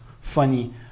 funny